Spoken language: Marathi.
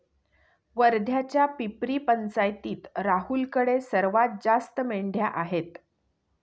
वर्ध्याच्या पिपरी पंचायतीत राहुलकडे सर्वात जास्त मेंढ्या आहेत